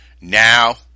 now